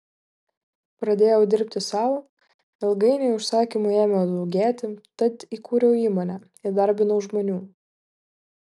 pradėjau dirbti sau ilgainiui užsakymų ėmė daugėti tad įkūriau įmonę įdarbinau žmonių